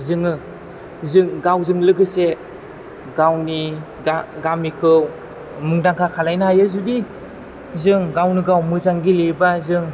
जोङो जो गावजों लोगोसे गावनि गा गामिखौ मुंदांखा खालामनो हायो जुदि जों गावनो गाव मोजाङै गेलेयोबा जों